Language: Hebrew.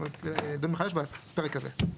זאת אומרת, לדון מחדש בפרק הזה.